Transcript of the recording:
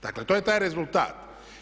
Dakle to je taj rezultat.